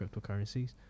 cryptocurrencies